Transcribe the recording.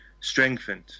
strengthened